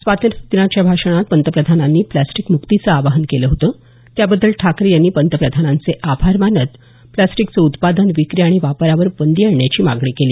स्वातंत्र्यादिनाच्या भाषणात पंतप्रधानांनी प्लास्टिकमुक्तीचं आवाहन केलं होतं त्याबद्दल ठाकरे यांनी पंतप्रधानांचे आभार मानत प्लास्टिकचं उत्पादन विक्री आणि वापरावर बंदी आणण्याची मागणी केली